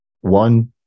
one